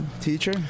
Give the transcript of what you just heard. teacher